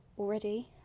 already